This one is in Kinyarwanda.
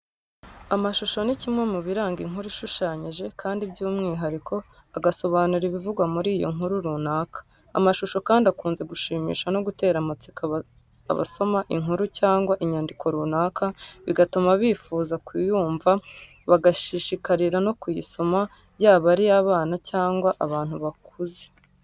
Amashusho ni kimwe mu biranga inkuru ishushanyije Kandi by'umwihariko agasobanura ibivugwa muri iyo nkuru runaka. Amashusho kandi akunze gushimisha no gutera amatsiko abasoma inkuru cyangwa inyandiko runaka bigatuma bifuza kuyumva bagashishikarira no kuyisoma yaba ari abana cyangwa abantu bakuze.